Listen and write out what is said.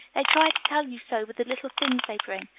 they try to tell you so with the little things they bring.